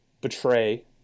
betray